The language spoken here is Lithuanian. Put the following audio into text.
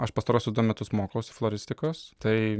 aš pastaruosius du metus mokausi floristikos tai